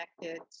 connected